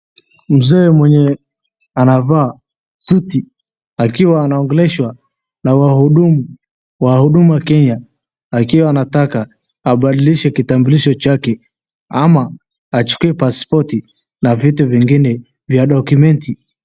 Mzee mwenye anavaa suti akiwa anaongeleshwa na wahudumu wa huduma Kenya akiwa anataka abadilishe kitambulisho chake ama achukue pasipoti na vitu vingine vya documenti .